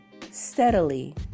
steadily